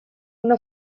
una